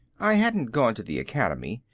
i hadn't gone to the academy,